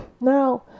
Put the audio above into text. Now